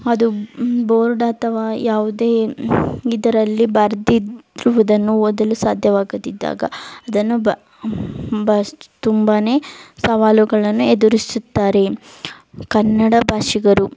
ಅದು ಬೋರ್ಡ್ ಅತವಾ ಯಾವುದೇ ಇದರಲ್ಲಿ ಬರ್ದಿರುವುದನ್ನು ಓದಲು ಸಾಧ್ಯವಾಗದಿದ್ದಾಗ ಅದನ್ನು ತುಂಬಾ ಸವಾಲುಗಳನ್ನು ಎದುರಿಸುತ್ತಾರೆ ಕನ್ನಡ ಭಾಷಿಗರು